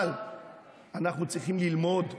אבל אנחנו צריכים ללמוד וללמד,